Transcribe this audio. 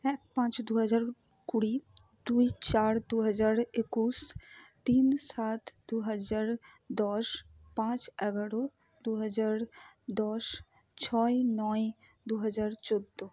এক পাঁচ দুহাজার কুড়ি দুই চার দুহাজার একুশ তিন সাত দুহাজার দশ পাঁচ এগারো দুহাজার দশ ছয় নয় দুহাজার চোদ্দ